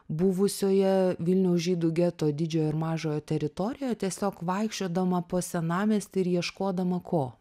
buvusioje vilniaus žydų geto didžiojo ir mažojo teritorijoje tiesiog vaikščiodama po senamiestį ir ieškodama ko